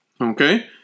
Okay